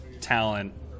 talent